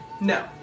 No